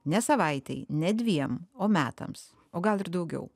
ne savaitei ne dviem o metams o gal ir daugiau